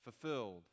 fulfilled